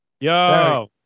Yo